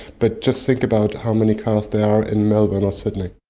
but just think about how many cars there are in melbourne or sydney.